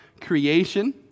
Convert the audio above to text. creation